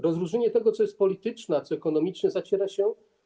Rozróżnienie tego, co jest polityczne, a co ekonomiczne, zaciera się.